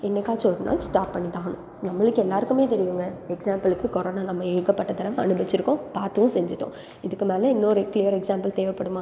என்னைக்காச்சு ஒரு நாள் ஸ்டாப் பண்ணி தான் ஆகணும் நம்மளுக்கு எல்லோருக்குமே தெரியும்ங்க எக்ஸாம்பிளுக்கு கொரோனா நம்ம ஏகப்பட்ட தடவ அனுபவித்திருக்கோம் பார்த்தும் செஞ்சுட்டோம் இதுக்கு மேலே இன்னொரு க்ளியர் எக்ஸாம்பிள் தேவைப்படுமா